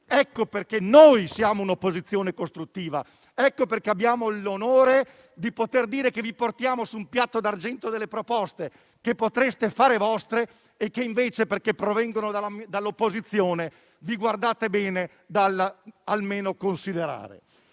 dico che siamo un'opposizione costruttiva e perché abbiamo l'onore di poter dire che vi portiamo su un piatto d'argento proposte che potreste fare vostre e che invece, per il fatto che provengono dall'opposizione, vi guardate bene anche solo dal considerare.